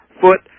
foot